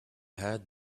had